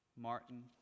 Martin